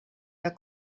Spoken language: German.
der